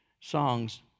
songs